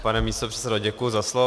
Pane místopředsedo, děkuji za slovo.